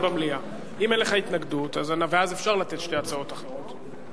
אם אין לך התנגדות, אז אפשר לתת שתי הצעות אחרות.